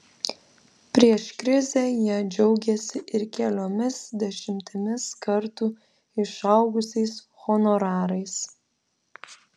prieš krizę jie džiaugėsi ir keliomis dešimtimis kartų išaugusiais honorarais